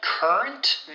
Current